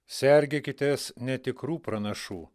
sergėkitės netikrų pranašų